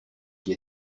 qui